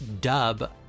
dub